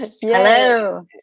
Hello